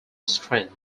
strength